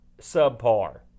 subpar